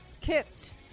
kicked